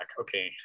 Okay